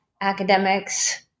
academics